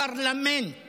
שבפרלמנט